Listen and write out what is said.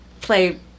play